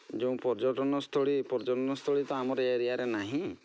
ଯେଉଁ ପର୍ଯ୍ୟଟନସ୍ଥଳୀ ପର୍ଯ୍ୟଟନସ୍ଥଳୀ ତ ଆମର ଏହି ଏରିଆରେ ନାହିଁ